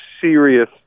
serious